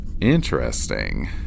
Interesting